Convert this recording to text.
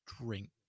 drink